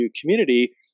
community